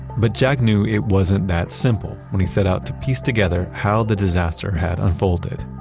but jack knew it wasn't that simple when he set out to piece together how the disaster had unfolded.